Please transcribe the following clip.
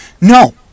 No